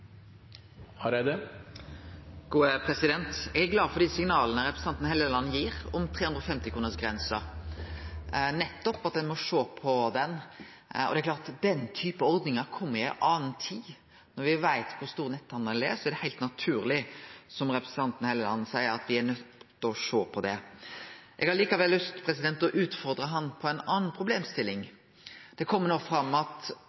glad for dei signala representanten Helleland gir om 350-kronersgrensa, nemleg at ein må sjå på ho. Det er klart at den typen ordningar kom i ei anna tid. Når me veit kor stor netthandelen er, er det heilt naturleg, som representanten Helleland seier, at me er nøydde til å sjå på det. Eg har likevel lyst til å utfordre han på ei anna problemstilling. Det kjem no fram at